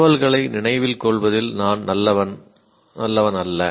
தகவல்களை நினைவில் கொள்வதில் நான் நல்லவன் நல்லவன் அல்ல